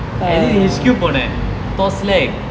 எதுக்கு:ethukku H_Q போனேன்:ponen it was like